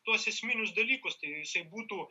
tuos esminius dalykus tai jisai būtų